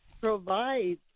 provides